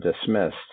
dismissed